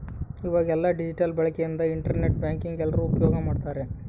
ಈವಾಗ ಎಲ್ಲ ಡಿಜಿಟಲ್ ಬಳಕೆ ಇಂದ ಇಂಟರ್ ನೆಟ್ ಬ್ಯಾಂಕಿಂಗ್ ಎಲ್ರೂ ಉಪ್ಯೋಗ್ ಮಾಡ್ತಾರ